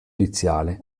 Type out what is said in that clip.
iniziale